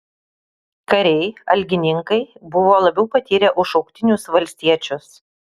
kariai algininkai buvo labiau patyrę už šauktinius valstiečius